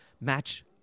match